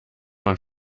man